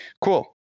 Cool